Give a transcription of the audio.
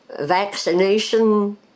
vaccination